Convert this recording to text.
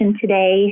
today